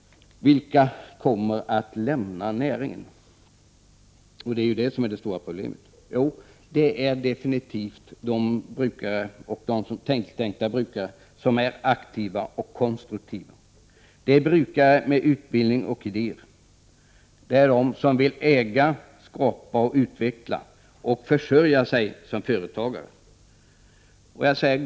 Vilka kommer att lämna näringen? Det är detta som är det stora problemet. Jo, det är definitivt de brukare som är aktiva och konstruktiva. Det är brukare med utbildning och idéer. Det är de som vill äga, skapa och utveckla och försörja sig som företagare.